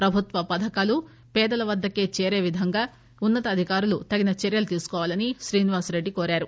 ప్రభుత్వ పథకాలు పేదల వద్దకే చేరే విధంగా ఉన్పత అధికారులు తగు చర్యలు తీసుకోవాలని శ్రీనివాస్ రెడ్డి కోరారు